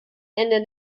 ende